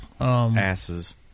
asses